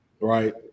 Right